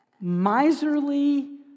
miserly